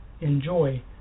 enjoy